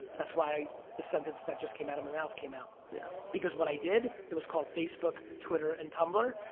that's why the sentence that just came out of my mouth came out. yeah because when i did it was called facebook, twitter and tumblr,